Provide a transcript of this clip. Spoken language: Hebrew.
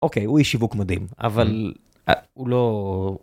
אוקיי, הוא איש שיווק מדים, אבל הוא לא...